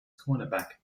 cornerback